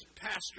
pastor